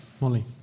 Molly